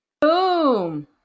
boom